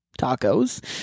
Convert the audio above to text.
tacos